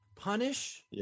punish